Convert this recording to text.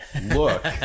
look